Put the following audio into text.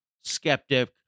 Skeptic